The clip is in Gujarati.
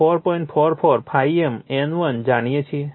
44 ∅m N1 જાણીએ છીએ